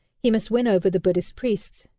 he must win over the buddhist priests.